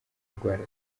indwara